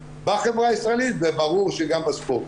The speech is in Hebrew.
בחברה הישראלית וברור שגם בספורט.